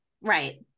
Right